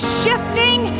shifting